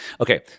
Okay